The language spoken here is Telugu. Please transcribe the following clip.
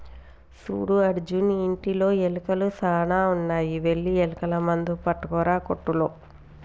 సూడు అర్జున్ ఇంటిలో ఎలుకలు సాన ఉన్నాయి వెళ్లి ఎలుకల మందు పట్టుకురా కోట్టులో